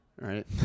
right